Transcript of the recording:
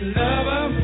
lover